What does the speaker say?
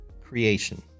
creation